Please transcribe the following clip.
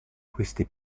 queste